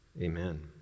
Amen